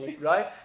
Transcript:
right